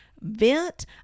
vent